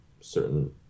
certain